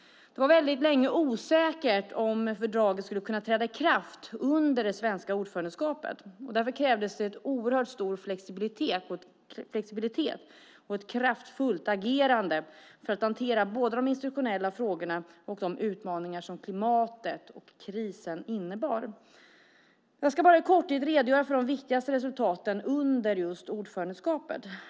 Det var väldigt länge osäkert om fördraget skulle kunna träda i kraft under det svenska ordförandeskapet. Därför krävdes det en oerhört stor flexibilitet och ett kraftfullt agerande för att hantera både de institutionella frågorna och de utmaningar som klimatet och krisen innebar. Jag ska i korthet redogöra för de viktigaste resultaten under just ordförandeskapet.